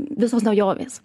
visos naujovės